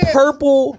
purple